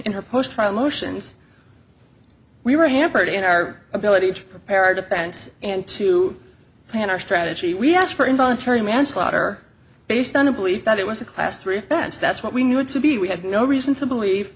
in her post trial motions we were hampered in our ability to prepare our defense and to plan our strategy we asked for involuntary manslaughter based on a belief that it was a class three cents that's what we knew it to be we had no reason to believe